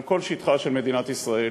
על כל שטחה של מדינת ישראל.